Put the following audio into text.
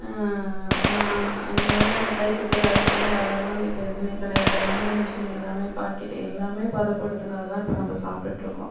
முன்னாடி அந்த கைக்குத்தல் அரிசி அந்த அதெல்லாம் வந்து இப்போ எதுவுமே கிடையாது எல்லாமே மிஷினு எல்லாமே பாக்கெட்டு எல்லாமே பதப்படுத்துனதை தான் இப்போ நம்ம சாப்பிட்டுட்டு இருக்கோம்